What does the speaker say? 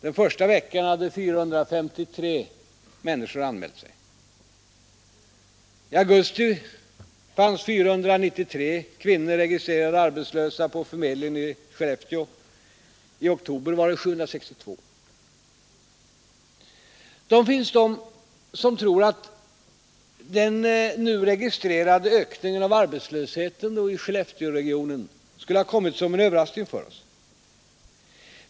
Den första veckan hade 453 människor anmält sig. Det finns de som tror att den nu registrerade ökningen av arbetslösheten i Skellefteåregionen skulle ha kommit som en överraskning för oss.